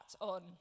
on